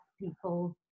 people